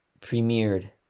premiered